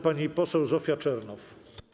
Pani poseł Zofia Czernow.